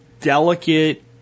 delicate